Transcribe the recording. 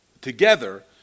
together